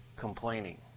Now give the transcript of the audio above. complaining